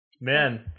Man